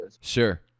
Sure